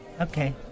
Okay